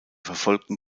verfolgten